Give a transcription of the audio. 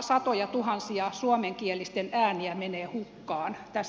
satojentuhansien suomenkielisten ääniä menee hukkaan tässä järjestelmässä